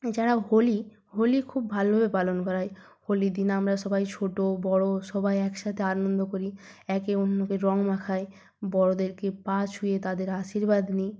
এছাড়াও হোলি হোলি খুব ভালোভাবে পালন করা হয় হোলির দিন আমরা সবাই ছোট বড় সবাই একসাথে আনন্দ করি একে অন্যকে রঙ মাখাই বড়দেরকে পা ছুঁয়ে তাদের আশীর্বাদ নিই